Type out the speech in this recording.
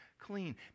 clean